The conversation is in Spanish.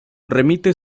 remite